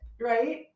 right